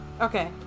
Okay